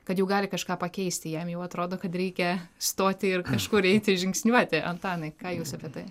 kad jau gali kažką pakeisti jam jau atrodo kad reikia stoti ir kažkur eiti žingsniuoti antanai ką jūs apie tai